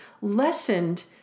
lessened